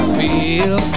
feel